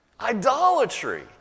Idolatry